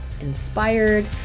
inspired